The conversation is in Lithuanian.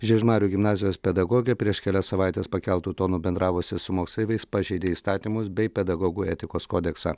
žiežmarių gimnazijos pedagogė prieš kelias savaites pakeltu tonu bendravusi su moksleiviais pažeidė įstatymus bei pedagogų etikos kodeksą